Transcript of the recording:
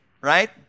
right